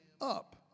up